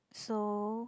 so